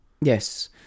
Yes